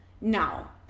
now